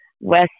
West